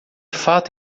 fato